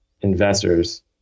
investors